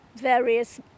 various